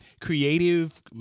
creative